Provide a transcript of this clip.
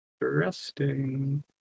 Interesting